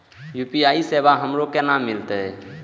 UPI सेवा हमरो केना मिलते?